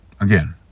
again